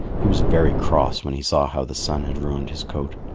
he was very cross when he saw how the sun had ruined his coat.